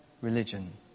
religion